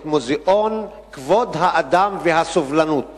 את מוזיאון כבוד האדם והסובלנות